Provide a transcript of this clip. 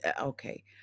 okay